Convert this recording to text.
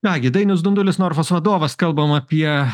nagi dainius dundulis norfos vadovas kalbam apie